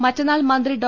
മറ്റന്നാൾ മന്ത്രി ഡോ